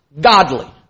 godly